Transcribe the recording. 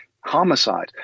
homicide